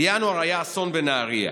בינואר היה אסון בנהריה.